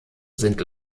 sind